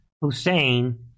Hussein